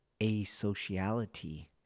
asociality